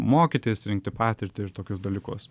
mokytis rinkti patirtį ir tokius dalykus